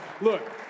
Look